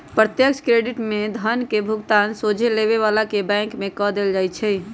प्रत्यक्ष क्रेडिट में धन के भुगतान सोझे लेबे बला के बैंक में कऽ देल जाइ छइ